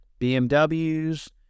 BMWs